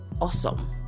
awesome